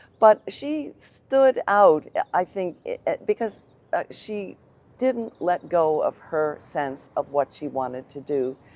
but she stood out i think because she didn't let go of her sense of what she wanted to do.